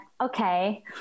okay